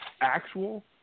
actual